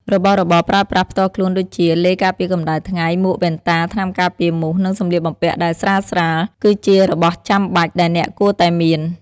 របស់របរប្រើប្រាស់ផ្ទាល់ខ្លួនដូចជា ឡេការពារកម្តៅថ្ងៃ មួក វ៉ែនតា ថ្នាំការពារមូស និងសម្លៀកបំពាក់ដែលស្រាលៗ គឺជារបស់ចាំបាច់ដែលអ្នកគួរតែមាន។